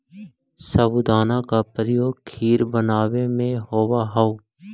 साबूदाना का प्रयोग खीर बनावे में होवा हई